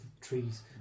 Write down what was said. Trees